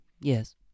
yes